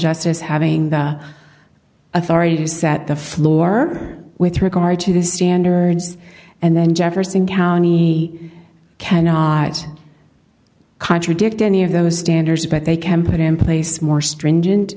justice having the authority to set the floor with regard to the standards and then jefferson county he cannot contradict any of those standards but they can put in place more stringent